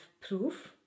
proof